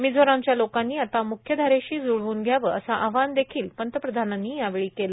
मिझोरामच्या लोकांनी आता मुख्यधारेशी जुळवून घ्यावे असं आवाहन देखील पंतप्रधानांनी यावेळी केलं